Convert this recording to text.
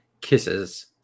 kisses